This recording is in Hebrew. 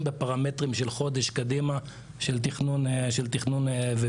בפרמטרים של חודש קדימה מבחינת תכנון וביצוע.